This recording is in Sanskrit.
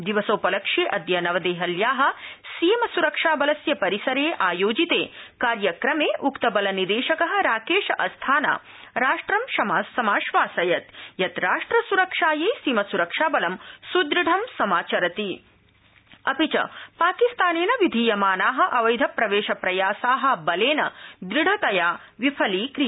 दिवसोपलक्ष्ये अद्य नवदेहल्या सीमासरक्षाबलस्य परिसरे आयोजिते कार्यक्रमे उक्तबलनिदेशक राकेश अस्थाना राष्ट्र समाश्वासयत् यत् राष्ट्सरक्षायै सीमास्तरक्षाबलं सुदुढं समाचरति अपि च पाकिस्तानेन विधीयमाना अवैधप्रवेशप्रयासा बलेन दुढतया विफलीकरोति